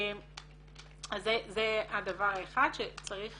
אז זה הדבר האחד שצריך